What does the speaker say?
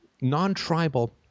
non-tribal